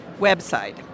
website